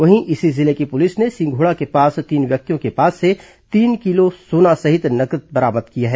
वहीं इसी जिले की पुलिस ने सिंघोड़ा के पास तीन व्यक्तियों के पास से तीन किलो सोना सहित नगदी बरामद की है